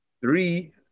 three